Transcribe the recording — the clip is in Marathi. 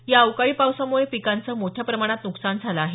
या अवकाळी पावसामुळे पिकांचं मोठ्या प्रमाणात नुकसान झालं आहे